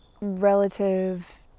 relative